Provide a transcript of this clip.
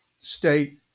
state